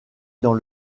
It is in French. dans